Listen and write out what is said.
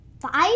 Five